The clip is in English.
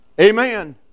Amen